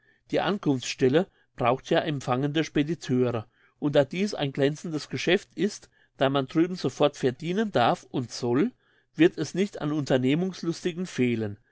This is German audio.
die ankunftsstelle braucht ja empfangende spediteure und da dies ein glänzendes geschäft ist da man drüben sofort verdienen darf und soll wird es nicht an unternehmungslustigen fehlen